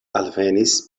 alvenis